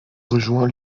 rejoint